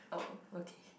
oh okay